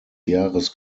jahres